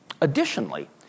Additionally